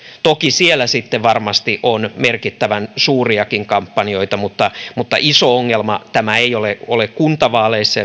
toki siellä sitten varmasti on merkittävän suuriakin kampanjoita mutta mutta iso ongelma tämä ei ole ole kuntavaaleissa